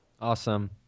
Awesome